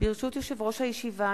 ברשות יושב-ראש הישיבה,